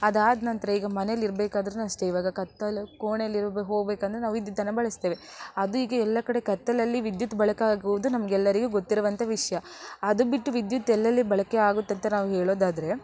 ಅದಾದನಂತ್ರ ಈಗ ಮನೆಯಲ್ಲಿರ್ಬೇಕಾದ್ರೂ ಅಷ್ಟೇ ಇವಾಗ ಕತ್ತಲು ಕೋಣೆಯಲ್ಲಿ ಇರ ಹೋಗಬೇಕಂದ್ರೆ ನಾವು ವಿದ್ಯುತ್ತನ್ನು ಬಳಸ್ತೇವೆ ಅದು ಈಗ ಎಲ್ಲ ಕಡೆ ಕತ್ತಲಲ್ಲಿ ವಿದ್ಯುತ್ ಬಳಕೆ ಆಗುವುದು ನಮಗೆಲ್ಲರಿಗೂ ಗೊತ್ತಿರುವಂತಹ ವಿಷಯ ಅದು ಬಿಟ್ಟು ವಿದ್ಯುತ್ ಎಲ್ಲೆಲ್ಲಿ ಬಳಕೆ ಆಗುತ್ತಂತ ನಾವು ಹೇಳೋದಾದರೆ